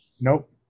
Nope